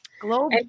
Global